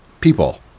people